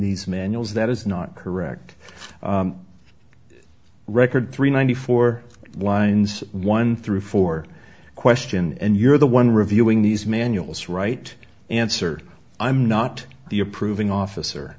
these manuals that is not correct record three ninety four winds one through four question and you're the one reviewing these manuals right answer i'm not the approving officer